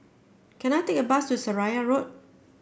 can I take a bus to Seraya Road